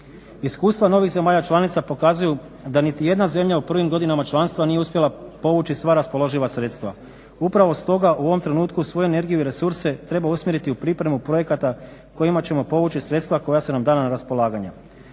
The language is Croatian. Iskustva novih zemalja članica pokazuju da niti jedna zemlja u prvim godinama članstva nije uspjela povući sva raspoloživa sredstva. Upravo s toga u ovom trenutku svu energiju i resurse treba usmjeriti u pripremu projekata kojima ćemo povući sredstva koja su nam dana na raspolaganje.